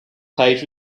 page